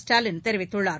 ஸ்டாலின் தெரிவித்துள்ளார்